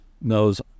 knows